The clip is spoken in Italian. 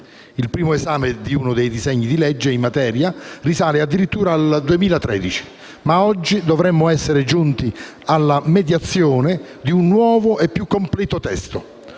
Il primo esame di uno dei disegni di legge in materia risale addirittura al 2013, ma oggi dovremmo essere giunti alla mediazione di un nuovo e più completo testo,